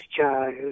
child